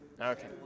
Okay